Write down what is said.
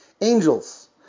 angels